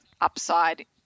upside